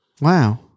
Wow